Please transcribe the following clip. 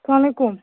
سلام علیکم